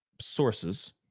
sources